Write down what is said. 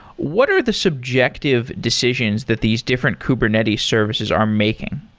what are the subjective decisions that these different kubernetes services are making?